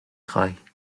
خوای